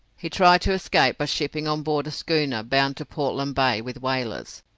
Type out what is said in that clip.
he tried to escape by shipping on board a schooner bound to portland bay with whalers.